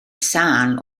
sâl